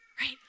right